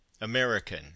American